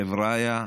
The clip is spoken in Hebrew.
חבריא,